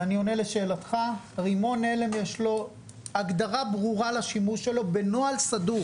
ואני עונה לשאלתך לרימון הלם יש הגדרה ברורה לשימוש שלו בנוהל סדור.